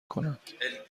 کند